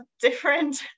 different